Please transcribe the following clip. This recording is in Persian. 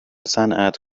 صنعت